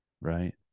right